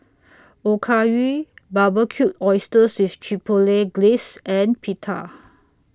Okayu Barbecued Oysters with Chipotle Glaze and Pita